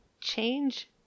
change